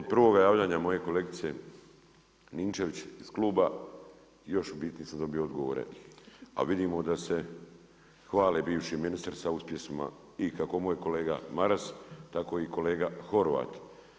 Od prvoga javljanja moje kolegice Ninčević, iz kluba još u biti nisam dobio odgovore, a vidimo da se hvali bivši ministri sa uspjesima i kako moj kolega Maras, tako i kolega Horavat.